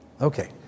Okay